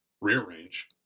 rearrange